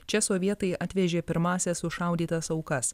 čia sovietai atvežė pirmąsias sušaudytas aukas